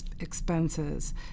expenses